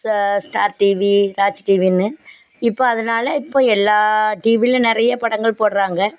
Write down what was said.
ச Star TV Raj டிவின்னு இப்போ அதனால் இப்போ எல்லா டிவிலேயும் நிறைய படங்கள் போடுறாங்க